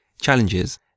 challenges